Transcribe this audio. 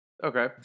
Okay